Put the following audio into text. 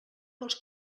pels